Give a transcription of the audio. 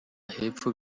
hepfo